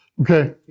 Okay